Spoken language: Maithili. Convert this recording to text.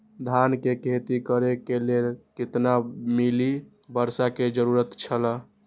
धान के खेती करे के लेल कितना मिली वर्षा के जरूरत छला?